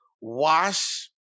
wash